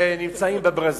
שנמצאים בברזים.